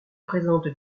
présente